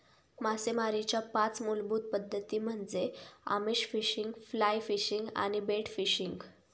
मासेमारीच्या पाच मूलभूत पद्धती म्हणजे आमिष फिशिंग, फ्लाय फिशिंग आणि बेट फिशिंग